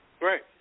Right